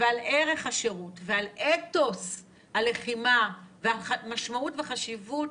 ועל ערך השירות ועל אתוס הלחימה ועל משמעות וחשיבות